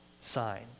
sign